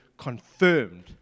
Confirmed